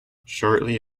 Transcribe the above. shortly